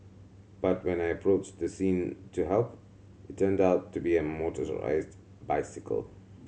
but when I approached the scene to help it turned out to be a motorised bicycle